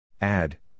Add